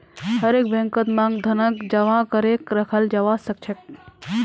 हरेक बैंकत मांग धनक जमा करे रखाल जाबा सखछेक